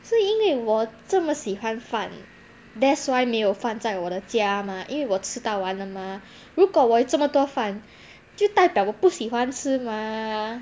是因为我这么喜欢饭 that's why 没有饭在我的家 mah 因为我吃到完了 mah 这么多饭就代表我不喜欢吃 mah